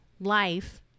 life